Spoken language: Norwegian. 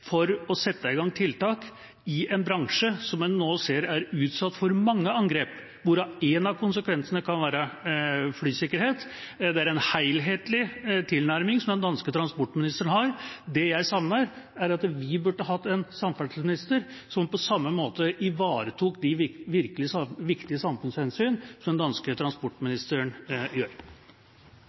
for å sette i gang tiltak i en bransje som en nå ser er utsatt for mange angrep, hvorav en av konsekvensene kan være dårligere flysikkerhet. Det er en helhetlig tilnærming den danske transportministeren har. Det jeg savner, er at vi burde hatt en samferdselsminister som ivaretok de viktige samfunnshensynene på samme måte som den danske transportministeren gjør.